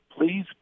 please